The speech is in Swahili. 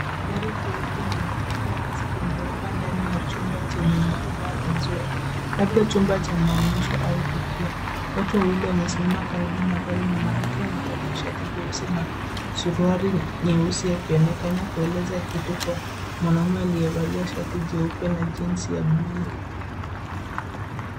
Gari jeupe lenye kofia wazi limewekwa ndani ya chumba chenye mwanga mzuri labda chumba cha maonyesho au tukio. Watu wawili wamesimama karibu na gari, mwanamke amevalia shati nyeusi na suruali nyeusi akionekana kueleza kitu kwa mwanaume aliyevaa shati jeupe na jeans ya bluu.